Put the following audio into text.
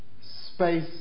space